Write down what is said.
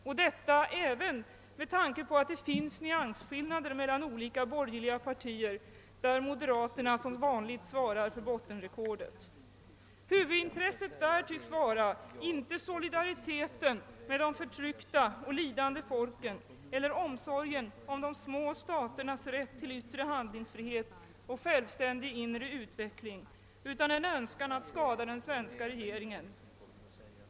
Och detta gäller även med tanke på att det finns nyansskillnader mellan olika borgerliga partier, där moderaterna som vanligt svarar för bottenrekordet. Huvudintresset där tycks vara, inte solidariteten med de förtryckta och lidande folken eller omsorgen om de små staternas rätt till yttre handlingsfrihet och självständig inre utveckling, utan en Önskan att skada den svenska regeringen.